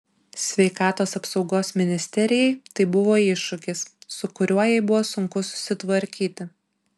sveikatos apsaugos ministerijai tai buvo iššūkis su kuriuo jai buvo sunku susitvarkyti